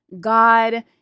God